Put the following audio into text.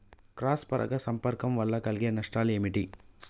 Cross పరాగ సంపర్కం వల్ల కలిగే నష్టాలు ఏమిటి?